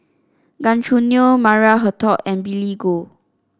Gan Choo Neo Maria Hertogh and Billy Koh